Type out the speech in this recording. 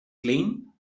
klein